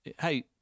Hey